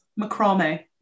macrame